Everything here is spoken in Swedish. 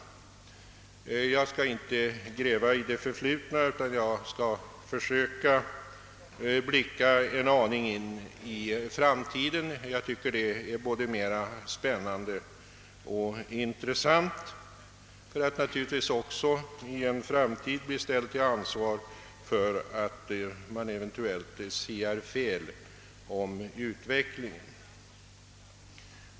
Jag skall inte gräva i det förflutna utan jag skall försöka blicka en aning in i framtiden, vilket jag tycker är både mer spännande och intressant, givetvis med risk att i en framtid bli ställd till ansvar för att eventuellt ha siat fel om utvecklingen.